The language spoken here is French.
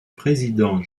président